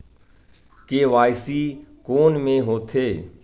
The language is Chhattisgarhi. के.वाई.सी कोन में होथे?